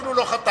אפילו לא חתמתם.